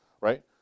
Right